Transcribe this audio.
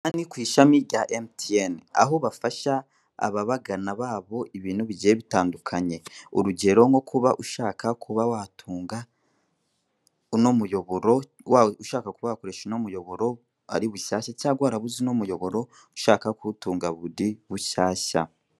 Aha ngaha ni ku ishami rya emutiyeni, aho babasha ababagana babo ibintu bigiye bitandukanye. Urugero nko kuba ushaka kuba wakoresha uno muyoboro bushyashya, cyangwa warabuze uno muyoboro ushaka kuwutunga bundi bushyashya.